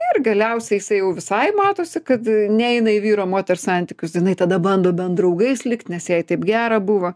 ir galiausiai jisai jau visai matosi kad neina į vyro moters santykius jinai tada bando bent draugais likt nes jai taip gera buvo